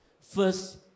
First